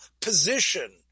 position